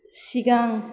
सिगां